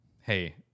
hey